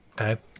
okay